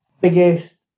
biggest